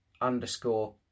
underscore